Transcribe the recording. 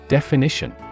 Definition